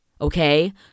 Okay